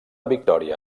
victòria